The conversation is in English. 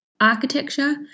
Architecture